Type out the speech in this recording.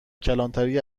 کلانتری